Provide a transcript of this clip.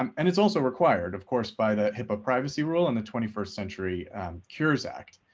um and it's also required, of course, by the hipaa privacy rule and the twenty first century cures act.